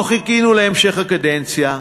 לא חיכינו להמשך הקדנציה,